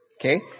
Okay